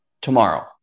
tomorrow